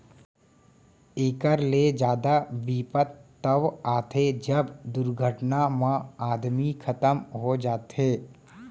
एकर ले जादा बिपत तव आथे जब दुरघटना म आदमी खतम हो जाथे